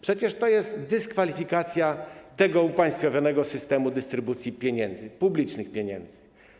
Przecież to jest dyskwalifikacja tego upaństwowionego systemu dystrybucji pieniędzy, publicznych pieniędzy.